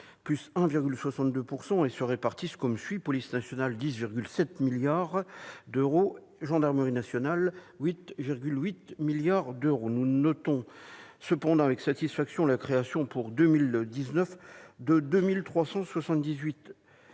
de 1,62 %. Ils se répartissent comme suit : police nationale, 10,7 milliards d'euros ; gendarmerie nationale, 8,8 milliards d'euros. Nous notons avec satisfaction la création pour 2019 de 2 378